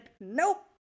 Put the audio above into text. nope